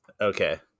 Okay